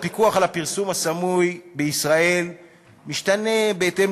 הפיקוח על הפרסום הסמוי בישראל משתנה בהתאם